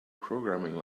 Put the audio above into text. programming